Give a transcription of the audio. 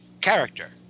character